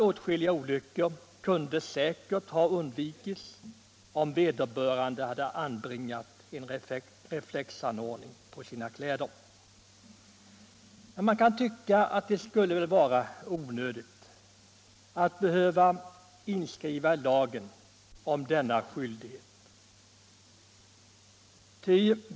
Åtskilliga olyckor kunde säkert ha undvikits om vederbörande hade anbringat en reflexanordning på sina kläder. Man kan tycka att det skulle vara onödigt att inskriva denna skyldighet i lagen.